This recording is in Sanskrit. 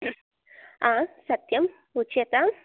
आम् सत्यम् उच्यताम्